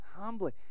Humbly